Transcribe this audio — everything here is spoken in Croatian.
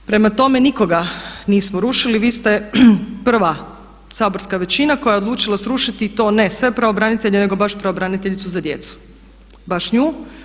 Prema tome nikoga nismo rušili, vi ste prva saborska većina koja je odlučila srušiti i to ne sve pravobranitelje nego baš pravobraniteljicu za djecu, baš nju.